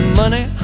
money